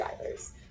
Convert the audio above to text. drivers